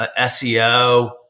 SEO